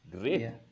Great